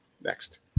Next